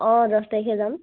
অঁ দছ তাৰিখে যাম